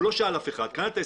הוא לא שאל אף אחד וקנה את העסק,